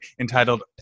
entitled